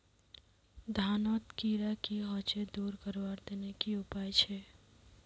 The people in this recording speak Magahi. धानोत कीड़ा की होचे दूर करवार तने की उपाय छे?